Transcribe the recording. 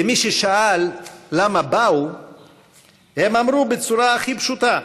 למי ששאל למה באו הם אמרו בצורה הכי פשוטה: